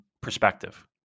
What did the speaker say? perspective